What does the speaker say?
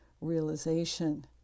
realization